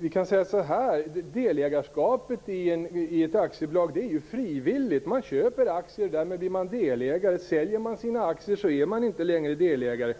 helt skilda saker. Delägarskapet i ett aktiebolag är frivilligt. Man köper aktier och blir därmed delägare. Säljer man sina aktier så är man inte längre delägare.